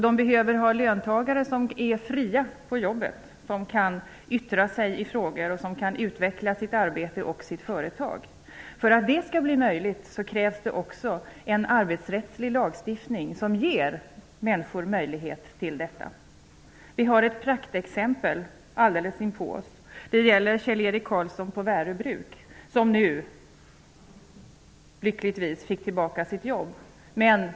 De behöver ha löntagare som är fria på jobbet, som kan yttra sig i frågor och utveckla sitt arbete och sitt företag. För att det skall bli möjligt krävs också en arbetsrättslig lagstiftning som ger människor möjlighet till detta. Vi har ett praktexempel alldeles inpå oss. Det gäller Kjell-Erik Karlsson på Värö bruk, som nu lyckligtvis fick tillbaka sitt jobb.